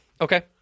Okay